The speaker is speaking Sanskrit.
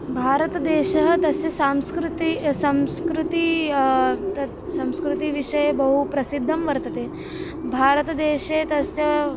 भारतदेशः तस्य संस्कृतिः संस्कृतिः तत् संस्कृतिविषये बहु प्रसिद्धं वर्तते भारतदेशे तस्य